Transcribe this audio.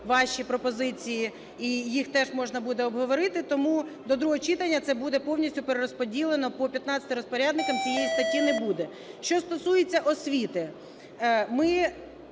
ваші пропозиції, і їх теж можна буде обговорити. Тому до другого читання це буде повністю перерозподілено, по 15 розпорядникам цієї статті не буде, Що стосується освіти. Ми